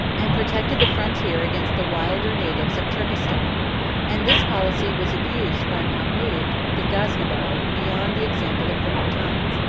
and protected the frontier against the wilder natives of turkestan and this policy was abused by mahmud the gaznevide beyond the example of former times.